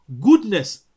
goodness